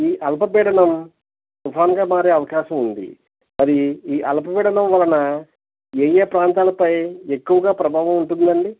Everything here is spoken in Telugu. ఈ అలపపీడనం తుపాన్గా మారే అవకాశం ఉంది మరి ఈ అల్పపీడనం వలన ఏఏ ప్రాంతాలపై ఎక్కువ ప్రభావం ఉంటుందండి